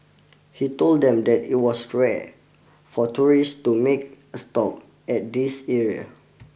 he told them that it was rare for tourists to make a stop at this area